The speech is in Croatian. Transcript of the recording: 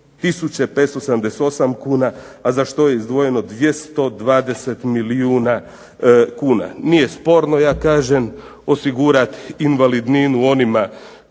578 kuna, a za što je izdvojeno 220 milijuna kuna. Nije sporno ja kažem osigurati invalidninu onima